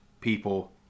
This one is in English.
people